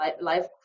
life